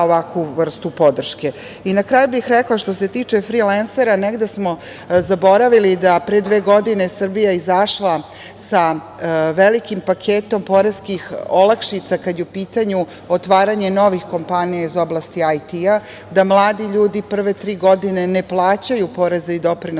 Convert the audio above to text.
ovakvu vrstu podrške. Na kraju bih rekla što se tiče frilensera, negde smo zaboravili da pre dve godine je Srbija izašla sa velikim paketom poreskih olakšica kada je u pitanju otvaranje novih kompanija iz oblasti IT-a, da mladi ljudi prve tri godine ne plaćaju poreze i doprinose